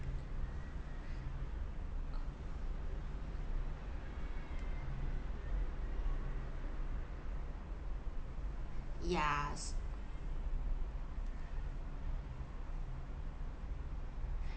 ya